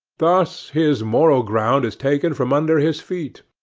thus his moral ground is taken from under his feet.